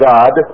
God